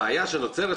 הבעיה שנוצרת,